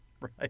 Right